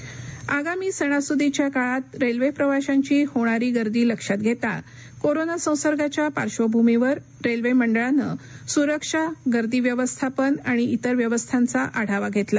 railway मंडळ आगामी सणासुदीच्या काळात रेल्वे प्रवाशांची होणारी गर्दी लक्षात घेता कोरोना संसर्गाच्या पार्बभूमीवर रेल्वे मंडळानं सुरक्षा गर्दी व्यवस्थापन आणि इतर व्यवस्थांचा आढावा घेतला